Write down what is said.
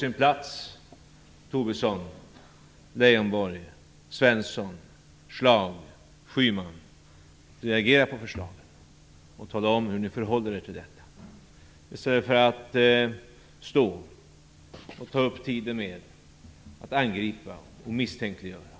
Svensson, Schlaug och Schyman, att reagera på förslagen och tala om hur ni förhåller er till detta i stället för att stå och ta upp tiden med att angripa och misstänkliggöra?